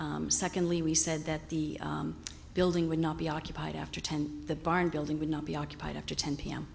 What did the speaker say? secondly we said that the building would not be occupied after ten the barn building would not be occupied after ten p